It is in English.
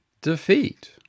defeat